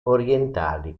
orientali